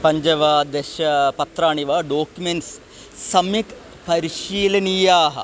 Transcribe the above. पञ्ज वा दश पत्राणि वा डोक्युमेण्ट्स् सम्यक् परिशीलनीयाः